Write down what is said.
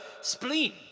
spleen